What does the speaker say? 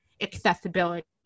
accessibility